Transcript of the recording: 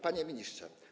Panie Ministrze!